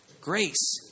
Grace